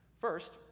first